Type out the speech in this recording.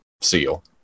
SEAL